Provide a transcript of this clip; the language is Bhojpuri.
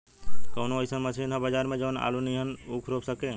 कवनो अइसन मशीन ह बजार में जवन आलू नियनही ऊख रोप सके?